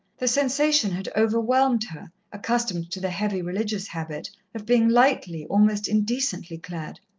the sensation had overwhelmed her, accustomed to the heavy religious habit, of being lightly, almost indecently clad.